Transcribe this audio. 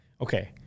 Okay